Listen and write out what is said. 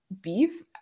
beef